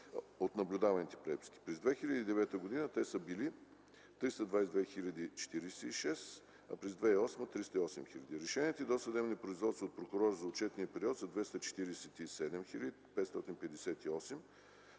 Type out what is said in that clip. от наблюдаваните преписки. През 2009 г. те са били 322 046, а през 2008 г. – 308 616. Решените досъдебни производства от прокурор за отчетния период са 247 558,